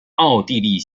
奥地利